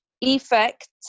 Effect